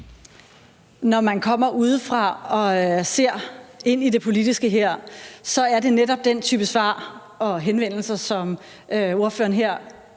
Når man kommer udefra og ser ind i det politiske her, er det netop den type svar og henvendelser, som ordføreren her